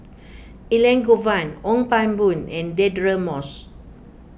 Elangovan Ong Pang Boon and Deirdre Moss